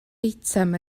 eitem